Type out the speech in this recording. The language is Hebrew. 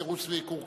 סירוס ועיקור כלבים),